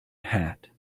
hat